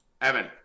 Evan